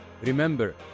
Remember